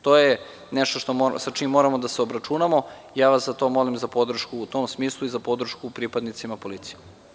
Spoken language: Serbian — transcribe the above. To je nešto sa čim moramo da se obračunamo i ja vas za to molim za podršku u tom smislu i za podršku pripadnicima policije.